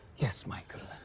yes michael.